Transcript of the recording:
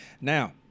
Now